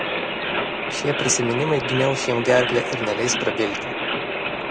šie prisiminimai gniauš jam gerklę ir neleis prabilti